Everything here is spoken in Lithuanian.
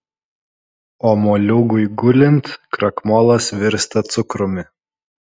o moliūgui gulint krakmolas virsta cukrumi